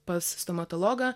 pas stomatologą